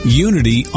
Unity